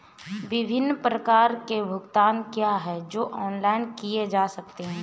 विभिन्न प्रकार के भुगतान क्या हैं जो ऑनलाइन किए जा सकते हैं?